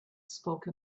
spoke